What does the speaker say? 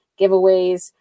giveaways